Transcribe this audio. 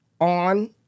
on